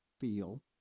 feel